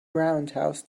roundhouse